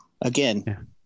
Again